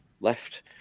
Left